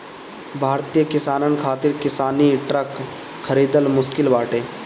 भारतीय किसानन खातिर किसानी ट्रक खरिदल मुश्किल बाटे